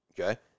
okay